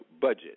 budget